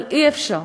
אבל אי-אפשר,